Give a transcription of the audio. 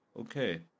Okay